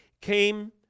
came